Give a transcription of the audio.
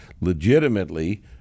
legitimately